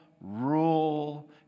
rule